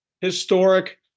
historic